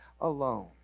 alone